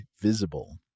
Visible